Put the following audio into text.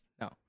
no